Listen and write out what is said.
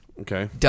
Okay